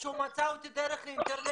הוא מצא אותי דרך האינטרנט,